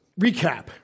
recap